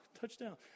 Touchdown